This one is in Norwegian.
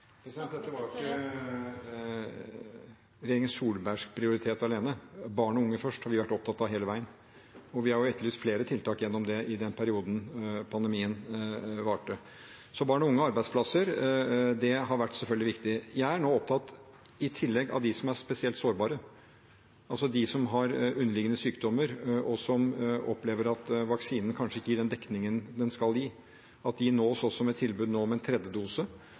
og unge først har vi vært opptatt av hele veien. Og vi har etterlyst flere tiltak i den perioden pandemien varte. Barn og unge og arbeidsplasser har selvfølgelig vært viktig. Jeg er nå opptatt av at de som er spesielt sårbare, de som har underliggende sykdommer, og som opplever at vaksinen kanskje ikke gir den dekningen den skal gi, nå får et tilbud om en tredjedose, og at de får en oppfølging. Det er en gruppe mennesker i vårt land som bar en